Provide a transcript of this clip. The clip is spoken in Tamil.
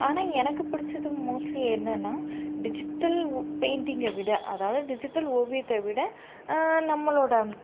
ஆனால் எனக்கு பிடிச்சது மோஸ்ட்லி என்னென்னா டிஜிட்டல் ஓ பெயிண்டிங்கை விட அதாவது டிஜிட்டல் ஓவியத்தை விட நம்மளோட